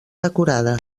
decorada